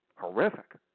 Horrific